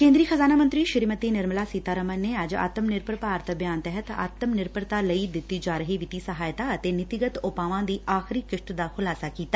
ਕੇਂਦਰੀ ਖਜਾਨਾ ਮੰਤਰੀ ਸ਼੍ਰੀਮਤੀ ਨਿਰਮਲਾ ਸੀਤਾਰਮਨ ਨੇ ਅੱਜ 'ਆਤਮ ਨਿਰਭਰ ਭਾਰਤ ਅਭਿਆਨ' ਤਹਿਤ ਆਤਮ ਨਿਰਭਰਤਾ ਲਈ ਦਿੱਤੀ ਜਾ ਰਹੀ ਵਿੱਤੀ ਸਹਾਇਤਾ ਅਤੇ ਨੀਤੀਗਤ ਉਪਾਵਾਂ ਦੀ ਆਖਰੀ ਕਿਸ਼ਤ ਦਾ ਖੁਲਾਸਾ ਕੀਤਾ